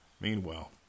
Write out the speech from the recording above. Meanwhile